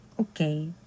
Okay